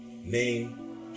name